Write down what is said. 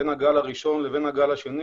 בין הגל הראשון לגל השני,